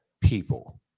People